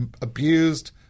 abused